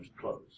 clothes